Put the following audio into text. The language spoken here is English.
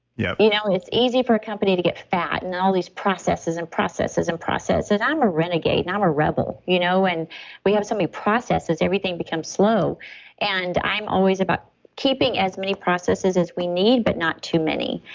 yeah you know it's easy for a company to get fat and all these processes and processes and processes. i'm a renegade, i'm a rebel, you know and we have so many processes, everything becomes slow and i'm always about keeping as many processes as we need, but not too many.